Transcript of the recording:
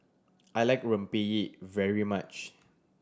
I like Rempeyek very much